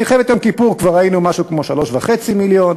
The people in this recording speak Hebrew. במלחמת יום כיפור כבר היינו משהו כמו 3.5 מיליון,